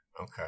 Okay